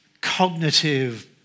cognitive